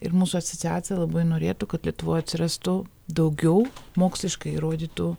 ir mūsų asociacija labai norėtų kad lietuvoj atsirastų daugiau moksliškai įrodytų